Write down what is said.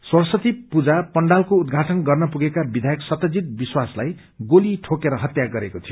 सरस्वती पूजा पण्डालको उद्घाटन गर्न पुगेका विधयक सत्यजीत विश्वासलाई गोली ठोकेर हत्या गरेको थियो